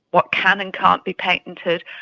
what can and can't be patented,